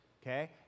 Okay